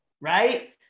right